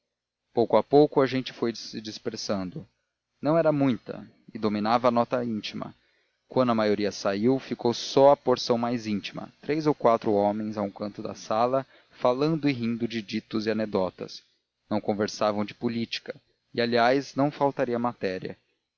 pouco a pouco a gente se foi dispersando não era muita e dominava a nota íntima quando a maioria saiu ficou só a porção mais íntima três ou quatro homens a um canto da sala falando e rindo de ditos e anedotas não conversavam de política e aliás não faltaria matéria